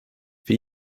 wie